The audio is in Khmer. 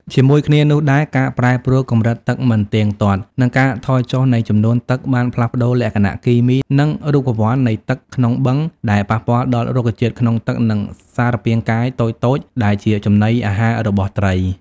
ជាមួយគ្នានោះដែរ ការប្រែប្រួលកម្រិតទឹកមិនទៀងទាត់ និងការថយចុះនៃចំនួនទឹកបានផ្លាស់ប្តូរលក្ខណៈគីមី និងរូបវន្តនៃទឹកក្នុងបឹង ដែលប៉ះពាល់ដល់រុក្ខជាតិក្នុងទឹក និងសារពាង្គកាយតូចៗដែលជាចំណីអាហាររបស់ត្រី។